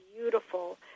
beautiful